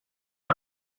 华中